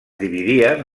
dividien